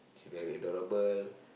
she very adorable